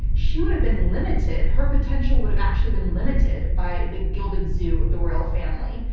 she would have been limited, her potential would have actually been limited by the gilded zoo of the royal family.